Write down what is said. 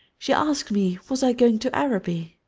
she asked me was i going to araby.